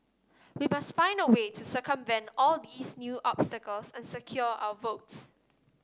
we must find a way to circumvent all these new obstacles and secure our votes